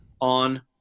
on